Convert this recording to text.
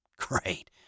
Great